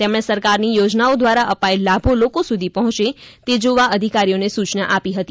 તેમણે સરકારની યોજનાઓ દ્વારા અપાયેલ લાભો લોકો સુધી પહોંચે તે જોવા અધિકારીઓને સુચના આપી હતી